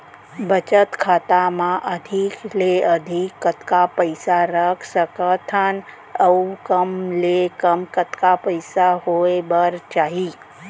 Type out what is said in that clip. बचत खाता मा अधिक ले अधिक कतका पइसा रख सकथन अऊ कम ले कम कतका पइसा होय बर चाही?